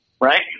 right